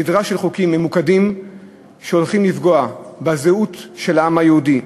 סדרה של חוקים ממוקדים שהולכים לפגוע בזהות של העם היהודי,